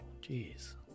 Jeez